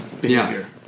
behavior